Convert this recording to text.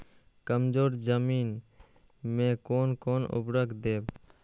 कमजोर जमीन में कोन कोन उर्वरक देब?